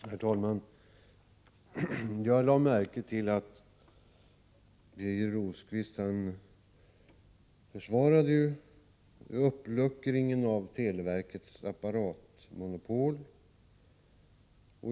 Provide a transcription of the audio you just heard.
Herr talman! Jag lade märke till att Birger Rosqvist försvarade uppluckringen av televerkets apparatmonopol.